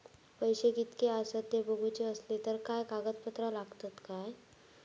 पैशे कीतके आसत ते बघुचे असले तर काय कागद पत्रा लागतात काय?